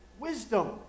wisdom